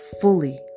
fully